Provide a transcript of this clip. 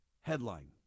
headline